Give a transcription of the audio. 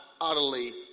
utterly